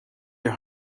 your